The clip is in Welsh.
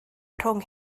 rhwng